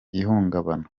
ihungabana